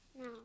No